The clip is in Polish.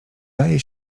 daje